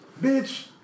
bitch